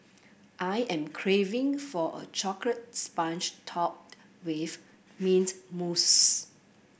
I am craving for a chocolate sponge topped with mint mousse